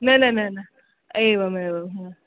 न न न न एवम् एवं हा